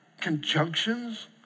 conjunctions